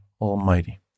Almighty